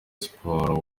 siporo